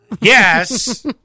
Yes